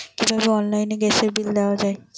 কিভাবে অনলাইনে গ্যাসের বিল দেওয়া যায়?